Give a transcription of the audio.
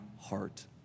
heart